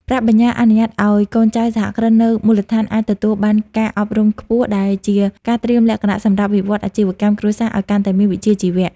ប្រាក់បញ្ញើអនុញ្ញាតឱ្យកូនចៅសហគ្រិននៅមូលដ្ឋានអាចទទួលបានការអប់រំខ្ពស់ ដែលជាការត្រៀមលក្ខណៈសម្រាប់វិវត្តន៍អាជីវកម្មគ្រួសារឱ្យកាន់តែមានវិជ្ជាជីវៈ។